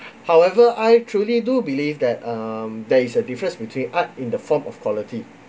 however I truly do believe that um there is a difference between art in the form of quality